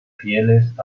fieles